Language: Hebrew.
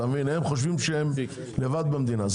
הם חושבים שהם לבד במדינה.